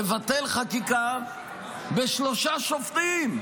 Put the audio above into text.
לבטל חקיקה בשלושה שופטים,